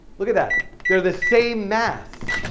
look at that, they're the same mass.